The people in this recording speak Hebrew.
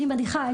אני מניחה,